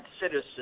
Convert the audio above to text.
citizens